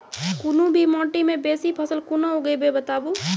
कूनू भी माटि मे बेसी फसल कूना उगैबै, बताबू?